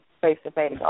face-to-face